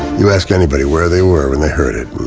you ask anybody where they were when they heard it